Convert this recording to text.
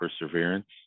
perseverance